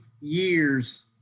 years